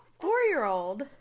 four-year-old